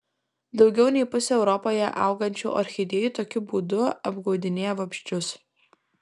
daugiau nei pusė europoje augančių orchidėjų tokiu būdu apgaudinėja vabzdžius